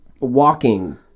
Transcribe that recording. walking